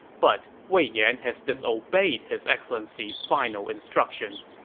but wei yan has disobeyed his excellency's final instructions.